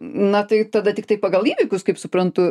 na tai tada tiktai pagal įvykius kaip suprantu